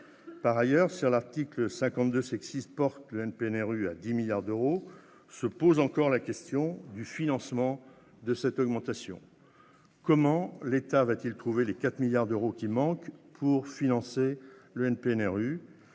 Par ailleurs, si l'article 52 porte le NPNRU à 10 milliards d'euros, se pose encore la question du financement de cette augmentation. Comment l'État va-t-il trouver les 4 milliards d'euros qui manquent pour financer le NPNRU ?